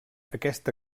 aquesta